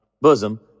bosom